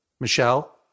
Michelle